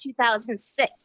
2006